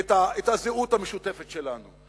את הזהות המשותפת שלנו,